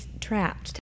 trapped